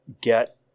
get